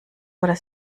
oder